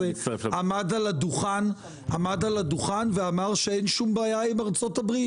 עמד על הדוכן ואמר שאין שום בעיה עם ארצות הברית,